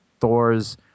Thor's